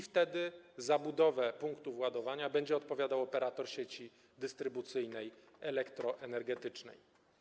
Wtedy za budowę punktów ładowania będzie odpowiadał operator sieci dystrybucyjnej elektroenergetycznej.